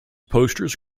posters